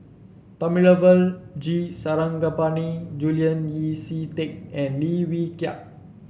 Thamizhavel G Sarangapani Julian Yeo See Teck and Lim Wee Kiak